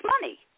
money